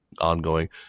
ongoing